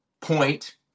point